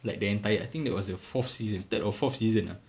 like the entire I think that was the fourth season third or fourth season ah